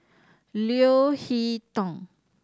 Leo Hee Tong